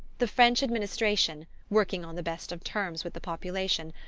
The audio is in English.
the french administration, working on the best of terms with the population,